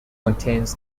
contains